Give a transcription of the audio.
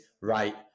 right